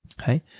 okay